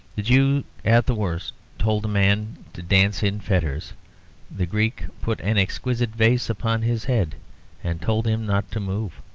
the jew at the worst told a man to dance in fetters the greek put an exquisite vase upon his head and told him not to move.